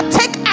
take